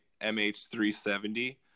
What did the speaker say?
MH370